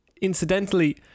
Incidentally